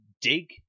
dig